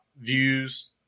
views